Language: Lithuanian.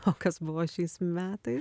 o kas buvo šiais metais